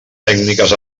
tècniques